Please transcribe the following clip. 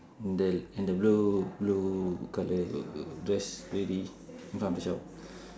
the and the blue blue colour got got dress ready in front of the shelf